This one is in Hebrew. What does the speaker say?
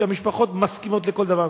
שהמשפחות מסכימות לכל דבר.